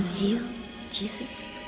Jesus